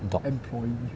dog